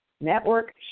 Network